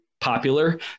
popular